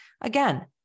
Again